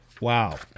Wow